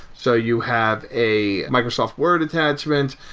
so you have a microsoft word attachment.